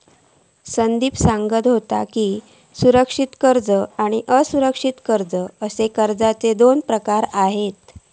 संदीप सांगा होतो की, सुरक्षित कर्ज आणि असुरक्षित कर्ज अशे कर्जाचे दोन प्रकार आसत